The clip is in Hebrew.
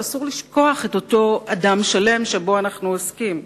אבל אסור לשכוח את אותו אדם שלם שבו אנחנו עוסקים.